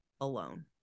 alone